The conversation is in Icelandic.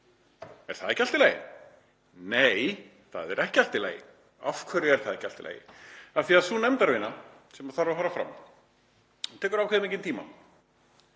Er það ekki allt í lagi? Nei, það er ekki allt í lagi. Af hverju er það ekki allt í lagi? Af því að sú nefndarvinna sem þarf að fara fram tekur ákveðinn tíma